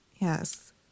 Yes